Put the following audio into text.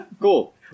Cool